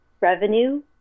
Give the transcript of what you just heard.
revenue